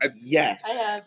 Yes